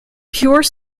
pure